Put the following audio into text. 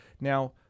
Now